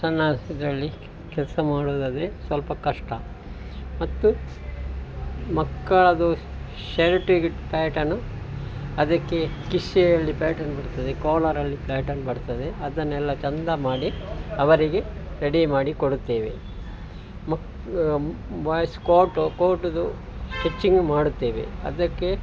ಸಣ್ಣ ಇದರಲ್ಲಿ ಕೆಲಸ ಮಾಡುವುದಾದ್ರೆ ಸ್ವಲ್ಪ ಕಷ್ಟ ಮತ್ತು ಮಕ್ಕಳದ್ದು ಶ್ ಶರ್ಟಿಗೆ ಪ್ಯಾಟರ್ನು ಅದಕ್ಕೆ ಕಿಸೆಯಲ್ಲಿ ಪ್ಯಾಟರ್ನ್ ಬರುತ್ತದೆ ಕಾಲರಲ್ಲಿ ಪ್ಯಾಟರ್ನ್ ಬರ್ತದೆ ಅದನ್ನೆಲ್ಲ ಚೆಂದ ಮಾಡಿ ಅವರಿಗೆ ರೆಡಿ ಮಾಡಿ ಕೊಡುತ್ತೇವೆ ಮಕ್ಳ್ ಬಾಯ್ಸ್ ಕೋಟು ಕೋಟುದು ಸ್ಟಿಚ್ಚಿಂಗ್ ಮಾಡುತ್ತೇವೆ ಅದಕ್ಕೆ